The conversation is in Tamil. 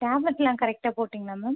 டேப்லெட்யெலாம் கரெக்டாக போட்டீங்களா மேம்